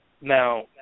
now